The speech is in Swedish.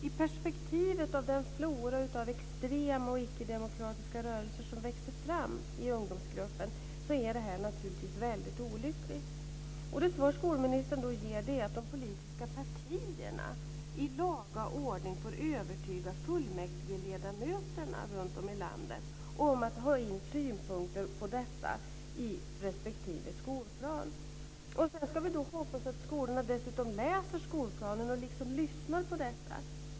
I perspektivet av den flora av extrema och ickedemokratiska rörelser som växer fram i ungdomsgruppen är det här naturligtvis mycket olyckligt. Det svar skolministern då ger är att de politiska partierna i laga ordning får övertyga fullmäktigeledamöterna runt om i landet om att ta in synpunkter på detta i respektive skolplan. Sedan ska vi då hoppas att skolorna dessutom läser skolplanen och liksom lyssnar på detta.